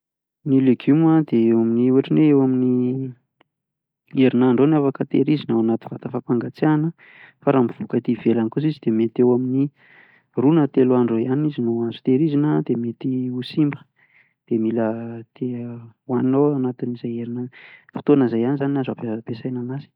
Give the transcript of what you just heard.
Ny legioma dia dia ohatra hoe herinandro eo no afaka tehirizina ao anaty vata fampangatsiahana fa raha mivoaka aty ivelany kosa izy dia eo amin'ny roa na telo andro eo ihany izy no azo tehirizina dia mety ho simba dia mila te- hoaninao ao anatin'izay fotoana izay ihany zany no azo ampiasaina an'azy.